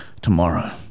Tomorrow